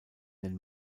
den